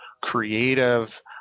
creative